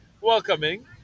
welcoming